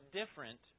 different